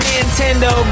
Nintendo